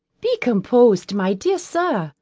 be composed, my dear sir,